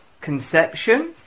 conception